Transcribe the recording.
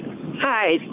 Hi